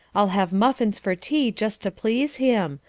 i'll have muffins for tea just to please him.